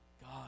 God